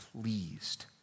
pleased